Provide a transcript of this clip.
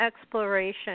exploration